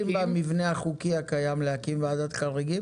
במבנה החוקי הקיים להקים ועדת חריגים?